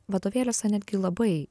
vadovėliuose netgi labai